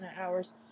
hours